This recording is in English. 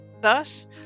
Thus